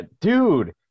Dude